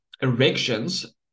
erections